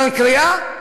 סימן קריאה?